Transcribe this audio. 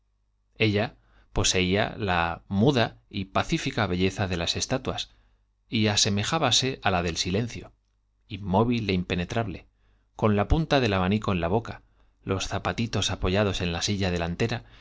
ella poseía la muda y pacífica belleza de las estatuas y asemejábase á la del silencio inmóvil é impenetrable con la abanico en la boca los punta del zapatitos apoyados en la silla delantera